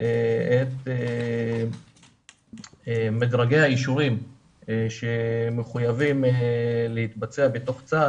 את מדרגי האישורים שמחויבים להתבצע בתוך צבא